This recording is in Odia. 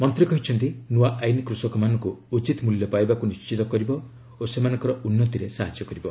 ମନ୍ତ୍ରୀ କହିଛନ୍ତି ନୂଆ ଆଇନ୍ କୃଷକମାନଙ୍କୁ ଉଚିତ୍ ମୂଲ୍ୟ ପାଇବାକୁ ନିଶ୍ଚିତ କରିବ ଓ ସେମାନଙ୍କର ଉନ୍ନତିରେ ସାହାଯ୍ୟ କରିବ